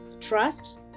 trust